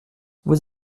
vous